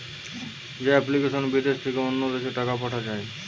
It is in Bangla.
যে এপ্লিকেশনে বিদেশ থেকে অন্য দেশে টাকা পাঠান যায়